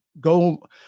go